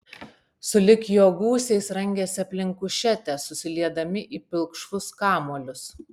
sulig jo gūsiais rangėsi aplink kušetę susiliedami į pilkšvus kamuolius